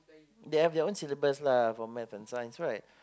they have their own syllabus lah for maths and Science right